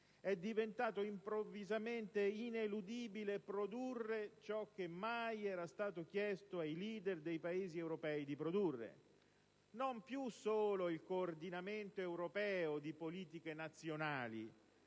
È diventato improvvisamente ineludibile produrre ciò che mai era stato chiesto ai leader dei Paesi europei di produrre: non più solo il coordinamento europeo di politiche nazionali,